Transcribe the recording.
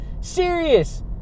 Serious